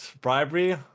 bribery